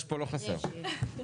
לא חסר.